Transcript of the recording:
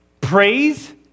Praise